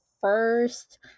first